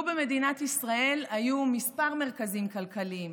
לו במדינת ישראל היו כמה מרכזים כלכליים,